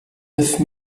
neuf